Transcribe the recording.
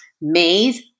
maize